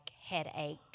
headache